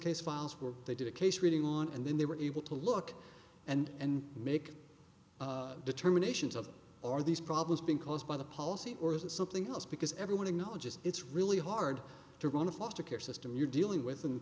case files were they did a case reading on and then they were able to look and make determinations of are these problems being caused by the policy or is it something else because everyone acknowledges it's really hard to run a foster care system you're dealing with and